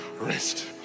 rest